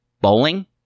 bowling